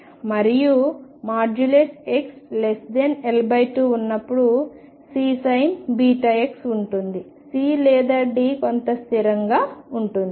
మరియు xL2 ఉన్నప్పుడు C sin βx ఉంటుంది C లేదా D కొంత స్థిరంగా ఉంటుంది